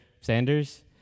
Sanders